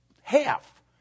half